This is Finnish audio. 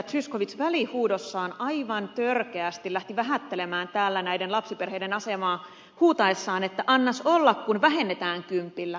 zyskowicz välihuudossaan aivan törkeästi lähti vähättelemään täällä näiden lapsiperheiden asemaa huutaessaan että annas olla kun vähennetään kympillä